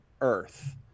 earth